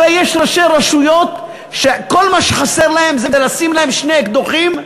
הרי יש ראשי רשויות שכל מה שחסר להם זה לשים להם שני אקדחים,